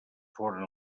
foren